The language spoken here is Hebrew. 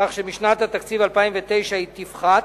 כך שבשנת התקציב 2009 היא תפחת,